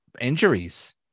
Injuries